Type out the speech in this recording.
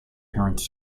parents